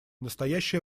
настоящее